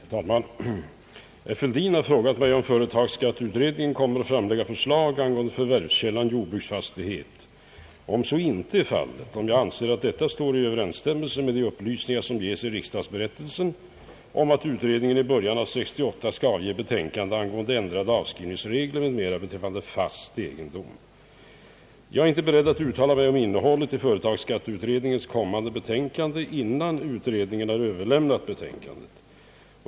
Herr talman! Herr Fälldin har frågat mig om företagsskatteutredningen kommer att framlägga förslag angående förvärvskällan jordbruksfastighet och, om så inte är fallet, om jag anser att detta står i god överensstämmelse med de upplysningar som ges i riksdagsberättelsen om att utredningen i början av 1968 skall avge betänkande angående ändrade avskrivningsregler m.m. beträffande fast egendom. Jag är inte beredd att uttala mig om innehållet i företagsskatteutredningens kommande betänkande innan utredningen överlämnat betänkandet.